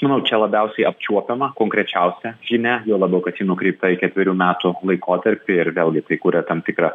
manau čia labiausiai apčiuopiama konkrečiausia žinia juo labiau kad ji nukreipta į ketverių metų laikotarpį ir vėlgi tai kuria tam tikrą